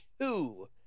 two